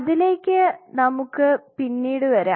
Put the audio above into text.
അതിലേക്ക് നമുക്ക് പിന്നീട് വരാം